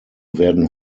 werden